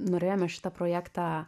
norėjome šitą projektą